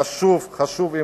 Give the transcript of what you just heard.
חשוב,